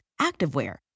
activewear